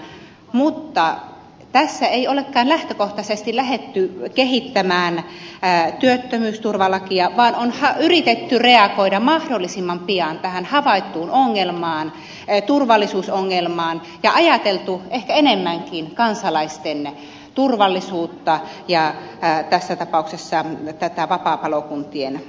mutta tässä ei olekaan lähtökohtaisesti lähdetty kehittämään työttömyysturvalakia vaan on yritetty reagoida mahdollisimman pian tähän havaittuun ongelmaan turvallisuusongelmaan ja ajateltu ehkä enemmänkin kansalaisten turvallisuutta ja tässä tapauksessa vapaapalokuntien toimintaa